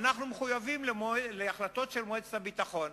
אנחנו מחויבים להחלטות של מועצת הביטחון.